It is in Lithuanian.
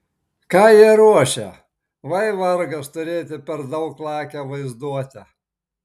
ką jie ruošia vai vargas turėti per daug lakią vaizduotę